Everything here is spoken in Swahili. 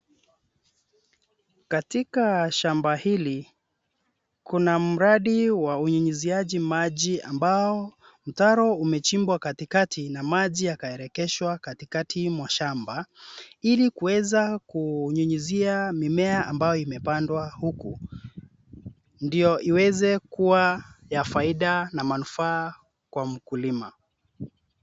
Katika shamba hili, kuna mradi wa unyunyiziaji maji ambao mtaro umechimbwa katikati na maji yakaelekezwa katikati mwa shamba ili kuweza kunyunyizia mimea ambayo imepandwa huku ndio iweze kuwa ya faida na manufaa kwa mkulima.